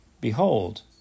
Behold